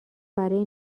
برای